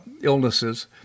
illnesses